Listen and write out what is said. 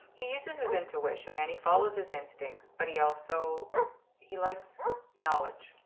he uses his intuition and he follows his instincts but he also he likes knowledge.